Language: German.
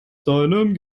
seinem